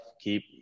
keep